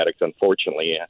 unfortunately